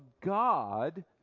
God